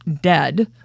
dead